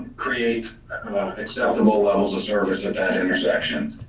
create acceptable levels of service at that intersection.